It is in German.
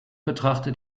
betrachtet